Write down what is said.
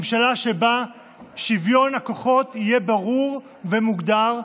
ממשלה שבה שוויון הכוחות יהיה ברור ומוגדר,